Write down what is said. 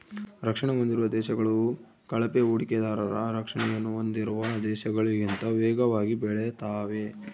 ರಕ್ಷಣೆ ಹೊಂದಿರುವ ದೇಶಗಳು ಕಳಪೆ ಹೂಡಿಕೆದಾರರ ರಕ್ಷಣೆಯನ್ನು ಹೊಂದಿರುವ ದೇಶಗಳಿಗಿಂತ ವೇಗವಾಗಿ ಬೆಳೆತಾವೆ